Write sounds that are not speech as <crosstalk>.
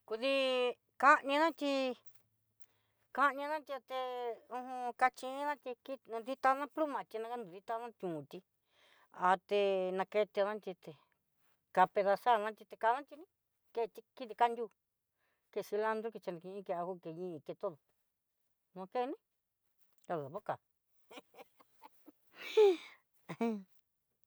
Kudi kanina tí kaniti té uj kachi inina chí kitanrú pl a nikandu dikanandiún tí, <hesitation> ka dedazar na tí ni kana tí ní, keti kiti kan diú, te cilandro kichi ni kin ke ajo ke ñii ke todo no ke né ala boca. <laughs>